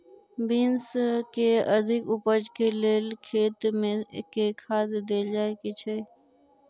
Beans केँ अधिक उपज केँ लेल खेत मे केँ खाद देल जाए छैय?